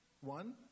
One